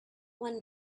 one